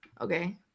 Okay